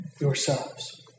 yourselves